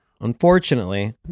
unfortunately